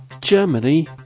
Germany